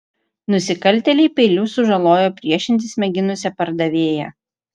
nusikaltėliai peiliu sužalojo priešintis mėginusią pardavėją